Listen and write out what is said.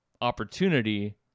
opportunity